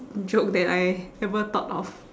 joke that I ever thought of